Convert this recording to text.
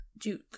Duke